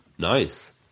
nice